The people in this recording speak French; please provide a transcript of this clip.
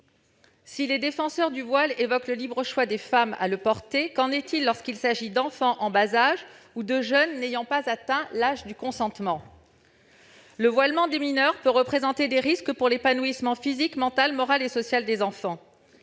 Si les défenseurs du voile évoquent le libre choix des femmes à le porter, qu'en est-il lorsqu'il s'agit d'enfants en bas âge ou de jeunes n'ayant pas atteint l'âge du consentement ? Le voilement des mineurs peut représenter des risques pour l'épanouissement physique, mental, moral et social des enfants.